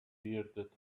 bearded